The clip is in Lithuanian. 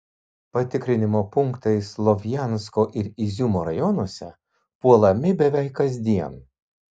patikrinimo punktai slovjansko ir iziumo rajonuose puolami beveik kasdien